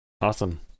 Awesome